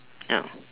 no